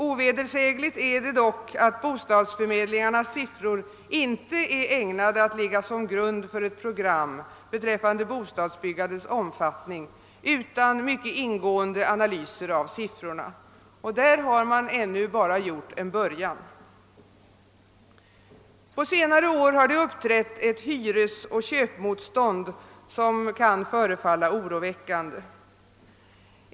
Ovedersägligt är dock att bostadsförmedlingarnas siffror inte är ägnade att ligga till grund för ett program beträffande bostadsbyggandets omfattning utan mycket ingående analyser av siffrorna, och där har man ännu bara gjort en början. På senare år har det uppträtt ett hyresoch köpmotstånd som kan förefalla oroväckande.